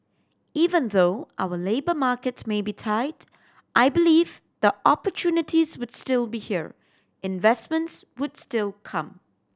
even though our labour markets may be tight I believe the opportunities would still be here investments would still come